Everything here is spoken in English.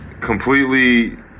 completely